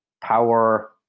power